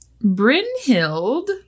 Brynhild